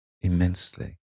immensely